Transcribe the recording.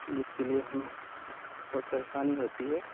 जिसके लिए हमें बहुत परेशानी होती है